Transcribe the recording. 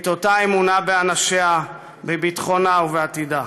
את אותה אמונה באנשיה, בביטחונה ובעתידה.